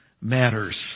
matters